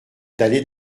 d’aller